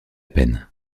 peine